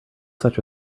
such